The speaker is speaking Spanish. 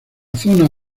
zona